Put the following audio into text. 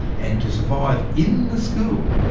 and to survive in the school,